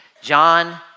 John